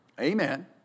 Amen